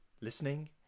listening